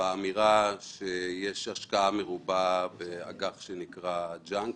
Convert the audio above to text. באמירה שיש השקעה מרובה באג"ח שנקרא ג'נק.